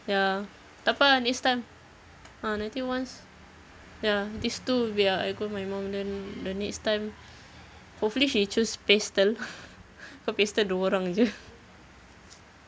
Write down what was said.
ya takpe ah next time a'ah nanti once ya this two we are I go with my mum then the next time hopefully she choose pastel cause pastel dua orang jer